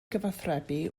cyfathrebu